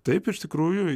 taip iš tikrųjų